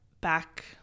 back